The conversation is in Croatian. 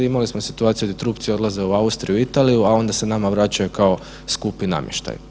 Imali smo situaciju gdje trupci odlaze u Austriju i Italiju, a onda se nama vraćaju kao skupi namještaj.